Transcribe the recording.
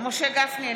משה גפני,